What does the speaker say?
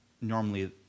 normally